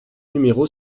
numéro